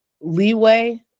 leeway